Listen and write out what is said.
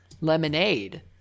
Lemonade